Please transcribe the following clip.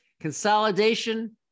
Consolidation